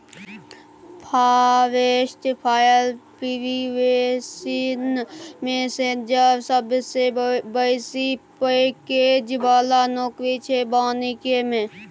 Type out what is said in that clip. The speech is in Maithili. फारेस्ट फायर प्रिवेंशन मेनैजर सबसँ बेसी पैकैज बला नौकरी छै बानिकी मे